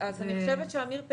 אמיר דהן